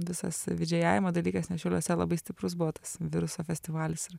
visas vidžėjavimo dalykas nes šiauliuose labai stiprus buvo tas viruso festivalis ir